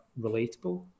relatable